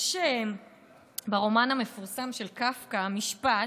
יש ברומן המפורסם של קפקא משפט,